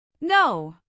No